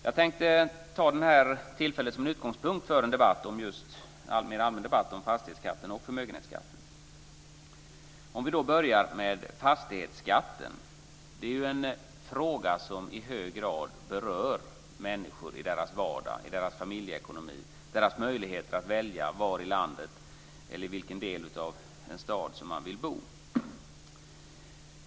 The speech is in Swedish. Jag tänkte ta detta tillfälle som en utgångspunkt för en mer allmän debatt om fastighetsskatten och förmögenhetsskatten. Vi börjar med fastighetsskatten. Det är en fråga som i hög grad berör människor i deras vardag, i deras familjeekonomi och i deras möjligheter att välja var i landet eller i vilken del av en stad som de vill bo.